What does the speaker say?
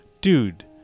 Dude